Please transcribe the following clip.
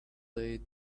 blade